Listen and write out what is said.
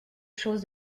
choses